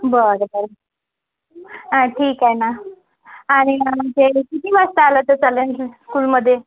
बरं बरं ठीक आहे ना आणि म्हणजे किती वाजता आलं तर चालेन स्कूलमधे